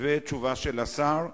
ותשובה של השר.